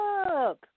up